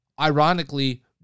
ironically